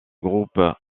groupe